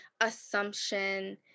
assumption